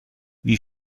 wie